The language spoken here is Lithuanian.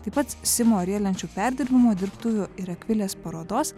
taip pat simo riedlenčių perdirbimo dirbtuvių ir akvilės parodos